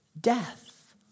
death